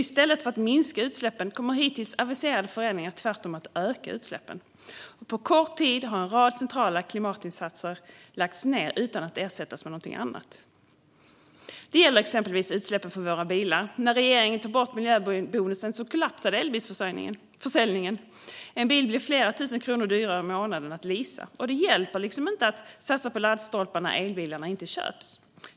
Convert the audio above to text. I stället för att minska utsläppen kommer hittills aviserade förändringar tvärtom att öka utsläppen. På kort tid har en rad centrala klimatinsatser lagts ned utan att ersättas med något annat. Det gäller exempelvis utsläppen från våra bilar. När regeringen tog bort miljöbilsbonusen kollapsade elbilsförsäljningen. En bil blir flera tusen kronor dyrare i månaden att leasa. Det hjälper liksom inte att satsa på laddstolpar när elbilarna inte köps.